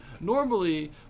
normally